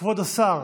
כבוד השר